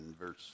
verse